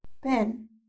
pen